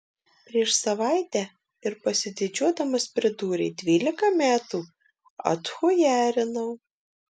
prieš savaitę ir pasididžiuodamas pridūrė dvylika metų atchujarinau